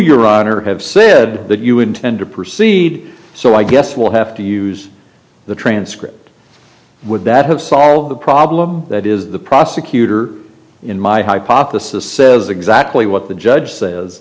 honor have said that you intend to proceed so i guess we'll have to use the transcript would that have solved the problem that is the prosecutor in my hypothesis says exactly what the judge says